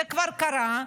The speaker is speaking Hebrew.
זה כבר קרה,